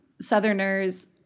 Southerners